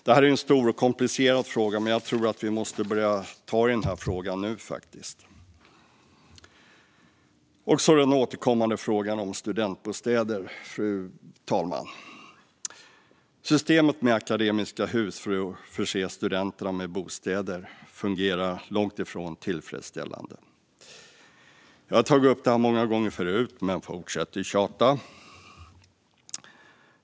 Detta är en stor och komplicerad fråga, men jag tror faktiskt att vi måste börja ta i denna fråga. Fru talman! Så till den återkommande frågan om studentbostäder. Systemet med Akademiska Hus för att förse studenterna med bostäder fungerar långt ifrån tillfredsställande. Jag har tagit upp detta många gånger förut, men jag fortsätter att tjata.